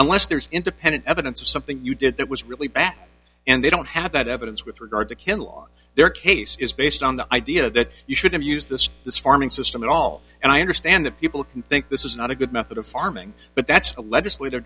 unless there's independent evidence of something you did that was really bad and they don't have that evidence with regard to kinlaw their case is based on the idea that you should have used this this farming system at all and i understand that people think this is not a good method of farming but that's a legislat